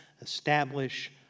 establish